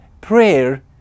prayer